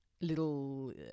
little